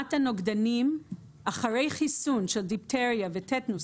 רמת הנוגדנים אחרי חיסון לדיפתריה וטטנוס,